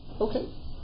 Okay